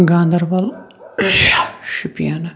Ganderbal Shopian